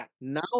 Now